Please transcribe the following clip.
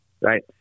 right